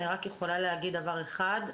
אני רק יכולה להגיד דבר אחד.